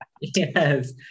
Yes